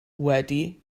wedi